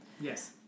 Yes